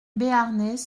béarnais